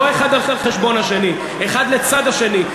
לא האחד על חשבון השני, האחד לצד השני.